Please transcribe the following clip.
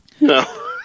No